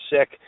sick